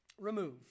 remove